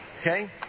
Okay